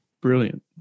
brilliant